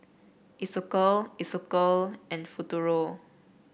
Isocal Isocal and Futuro